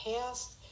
past